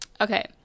Okay